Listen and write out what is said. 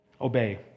obey